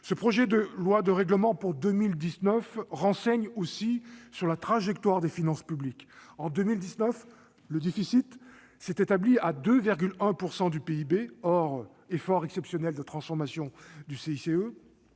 Ce projet de loi de règlement pour 2019 renseigne aussi sur la trajectoire des finances publiques. En 2019, le déficit s'est établi à 2,1 % du PIB, hors effet exceptionnel de transformation du CICE.